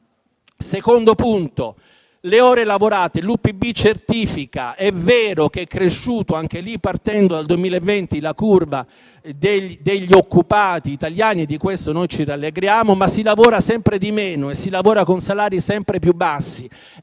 secondo punto riguarda le ore lavorate. L'UPB certifica che, sì, è vero che è cresciuta, partendo dal 2020, la curva degli occupati italiani, e di questo noi ci rallegriamo, ma che si lavora sempre di meno e si lavora con salari sempre più bassi.